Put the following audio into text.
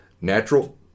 natural